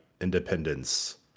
independence